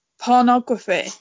pornography